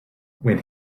when